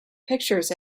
pictures